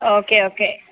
okay okay